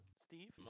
Steve